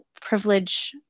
privilege